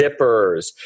zippers